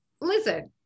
listen